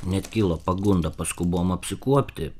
net kilo pagunda paskubom apsikuopti